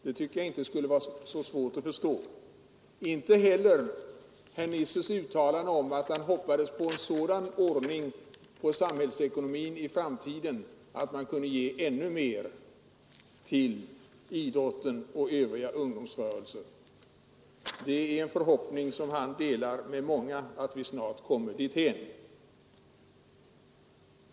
Det tycker jag inte att det skulle vara så svårt att förstå — inte heller herr Nissers uttalande att han hoppades på en sådan ordning när det gäller samhällsekonomin i framtiden att man kunde ge ännu mer till idrotten och övriga ungdomsrörelser. Det är många som delar hans förhoppning att vi snart kommer dithän.